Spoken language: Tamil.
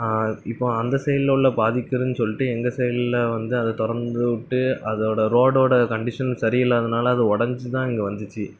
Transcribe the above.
இப்போது அந்த சைடில் உள்ள பாதிக்கிறதுன்னு சொல்லிவிட்டு எங்கள் சைடில் வந்து அதை திறந்து விட்டு அதோடய ரோடோடய கண்டிஷன் சரியில்லாதனால் அது உடஞ்சிதான் இங்கே வந்துச்சு